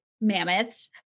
mammoths